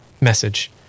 message